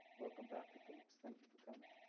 welcome dr phillips, thank you for coming.